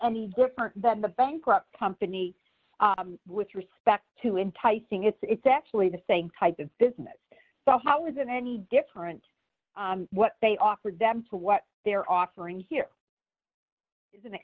any different than the bankrupt company with respect to enticing it's exactly the same type of business so how is it any different what they offered them for what they're offering here isn't